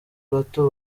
bato